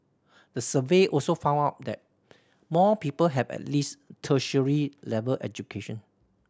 the survey also found out that more people have at least tertiary level education